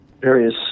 various